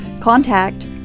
contact